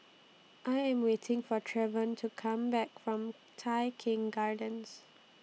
I Am waiting For Trevion to Come Back from Tai Keng Gardens